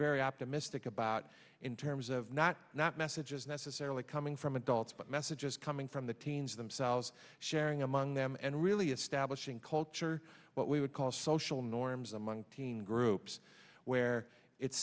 very optimistic about in terms of not not messages necessarily coming from adults but messages coming from the teens themselves sharing among them and really establishing culture what we would call social norms among teen groups where it's